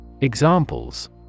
Examples